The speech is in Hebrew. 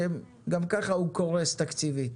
שגם ככה הוא קורס תקציבית,